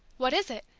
what is it?